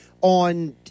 on